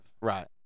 Right